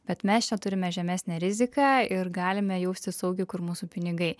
bet mes čia turime žemesnę riziką ir galime jaustis saugiai kur mūsų pinigai